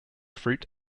fruit